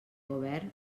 govern